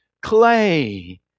clay